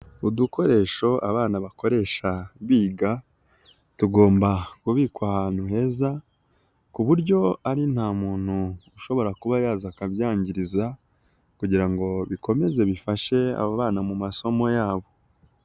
Udukoresho abana bakoresha biga tugomba kubikwa ahantu heza ku buryo ari nta muntu ushobora kuba yaza akabyangiriza kugira ngo bikomeze bifashe abo bana mu masomo yabo.